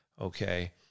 okay